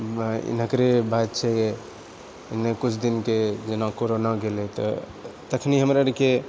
एकरे बात छै किछु दिनके जेना कोरोना गेलै तऽ तखनि हमरा आरके